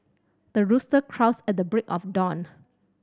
the rooster crows at the break of dawn